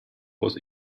was